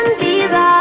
visa